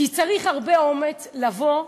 כי צריך הרבה אומץ לבוא,